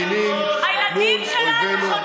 כשחיילי צה"ל מגינים מול אויבינו,